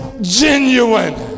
genuine